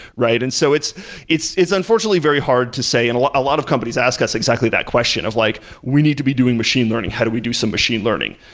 right? and so it's it's it's unfortunately very hard to say and a lot lot of companies ask us exactly that question of like, we need to be doing machine learning. how do we do some machine learning?